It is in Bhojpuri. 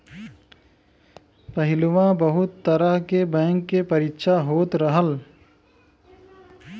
पहिलवा बहुत तरह के बैंक के परीक्षा होत रहल